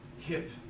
hip